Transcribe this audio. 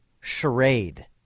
charade